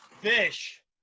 Fish